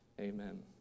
Amen